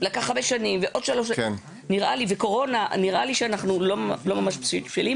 לקח הרבה שנים ועוד שלוש שנים וקורונה נראה לי שאנחנו לא ממש בשלים.